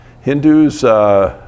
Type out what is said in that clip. Hindus